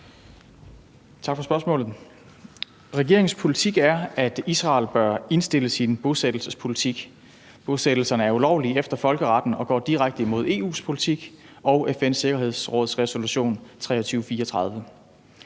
Tak for spørgsmålet. Regeringens politik er, at Israel bør indstille sin bosættelsespolitik. Bosættelserne er ulovlige efter folkeretten og går direkte imod EU's politik og FN's Sikkerhedsråds resolution 2334.